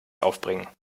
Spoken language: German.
aufbringen